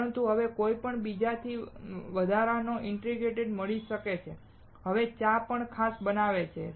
પરંતુ તમને કોઈ બીજાનાથી વધારાનો ઇન્ગ્રેડિએન્ટ્સ મળી શકે છે અને ચા પણ ખાસ બનાવે છે